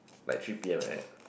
like three P_M like that